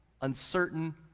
uncertain